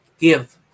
give